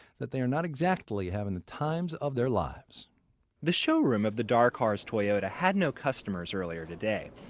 that they are not exactly having the times of their lives the showroom of the darcars toyota had no customers earlier today.